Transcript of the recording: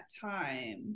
time